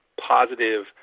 positive